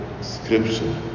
scripture